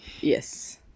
Yes